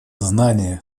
знания